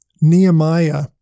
Nehemiah